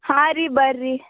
ಹಾಂ ರೀ ಬರ್ರಿ